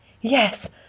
Yes